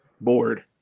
bored